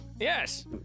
yes